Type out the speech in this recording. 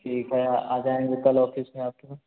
ठीक है आ आ जाएँगे कल ऑफ़िस में आपके यहाँ